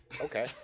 Okay